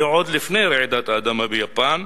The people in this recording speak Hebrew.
זה עוד לפני רעידת האדמה ביפן,